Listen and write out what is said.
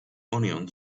onion